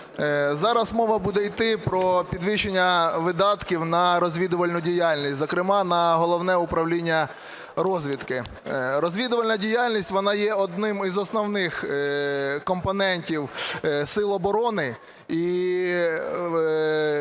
зараз мова буде йти про підвищення видатків на розвідувальну діяльність, зокрема на Головне управління розвідки. Розвідувальна діяльність, вона є одним із основних компонентів сил оборони і для